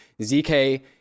ZK